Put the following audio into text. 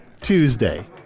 Tuesday